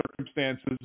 circumstances